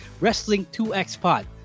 Wrestling2XPOD